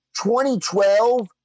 2012